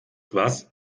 was